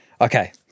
Okay